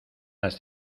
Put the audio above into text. las